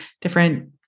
different